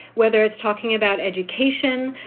whether it's talking about education,